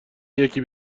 یکی